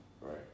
right